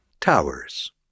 Towers